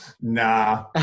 Nah